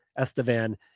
Estevan